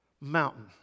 mountain